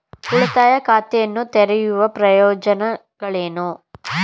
ಉಳಿತಾಯ ಖಾತೆಯನ್ನು ತೆರೆಯುವ ಪ್ರಯೋಜನಗಳೇನು?